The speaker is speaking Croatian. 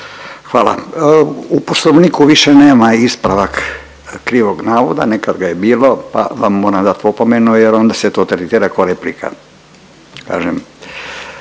Hvala. U poslovniku više nema ispravak krivog navoda, nekad ga je bilo pa vam moram dati opomenu jer onda se to tretira ko replika.